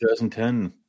2010